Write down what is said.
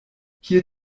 hier